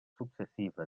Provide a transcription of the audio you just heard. successiva